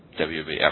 WBF